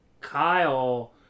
Kyle